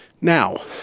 Now